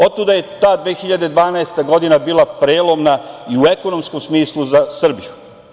Otuda je ta 2012. godina, bila prelomna i u ekonomskom smislu za Srbiju.